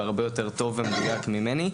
והרבה יותר טוב ומדויק ממני.